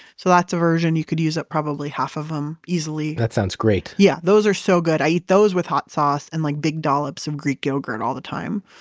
so that's a version you could use up probably half of them easily that sounds great yeah, those are so good. i eat those with hot sauce and like big dollops of greek yogurt all the time.